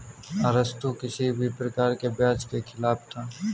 अरस्तु किसी भी प्रकार के ब्याज के खिलाफ था